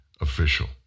official